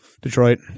Detroit